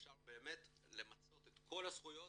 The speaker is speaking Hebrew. אפשר באמת למצות את כל הזכויות